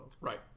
Right